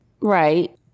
right